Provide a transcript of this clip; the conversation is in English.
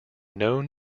known